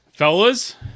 Fellas